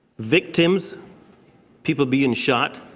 victims people being shot,